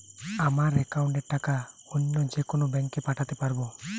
আমার একাউন্টের টাকা অন্য যেকোনো ব্যাঙ্কে পাঠাতে পারব?